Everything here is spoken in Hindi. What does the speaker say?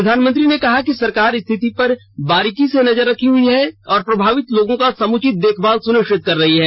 प्रधानमंत्री ने कहा कि सरकार स्थिति पर बारीकी से नजर रख रही है और प्रभावित लोगों का समुचित देखभाल सुनिश्चित कर रही है